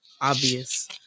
obvious